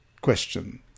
Question